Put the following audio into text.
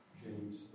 James